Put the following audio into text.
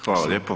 Hvala lijepo.